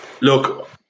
look